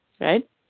right